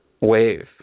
wave